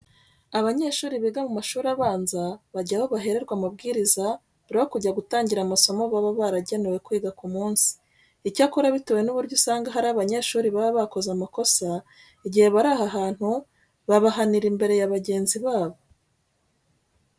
Abanyeshuri biga mu mashuri abanza bajya aho bahererwa amabwiriza mbere yo kujya gutangira amasomo baba baragenewe kwiga ku munsi. Icyakora bitewe n'uburyo usanga hari abanyeshuri baba bakoze amakosa, igihe bari aha hantu babahanira imbere ya bagenzi babo.